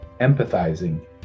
empathizing